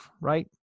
right